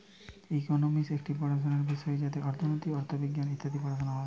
economics একটি পড়াশোনার বিষয় যাতে অর্থনীতি, অথবিজ্ঞান ইত্যাদি পড়ানো হয়